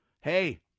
Hey